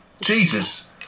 Jesus